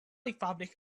republic